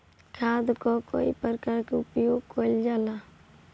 खाद कअ कई प्रकार से उपयोग कइल जाला